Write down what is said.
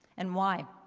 and why?